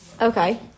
Okay